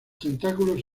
tentáculos